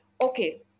Okay